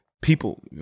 people